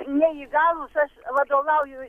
neįgalūs aš vadovauju